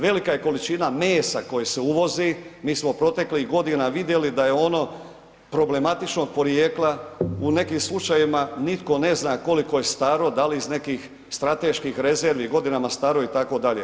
Velika je količina mesa koje se uvozi, mi smo proteklih godina vidjeli da je ono problematičnog porijekla, u nekim slučajevima nitko ne zna koliko je staro, da li iz nekih strateških rezervi, godinama staro itd.